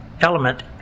element